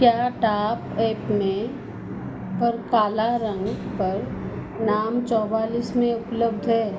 क्या टॉपएप में पर काला रंग पर नाप चौवालीस में उपलब्ध है